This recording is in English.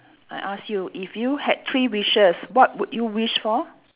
I ask you if you had three wishes what would you wish for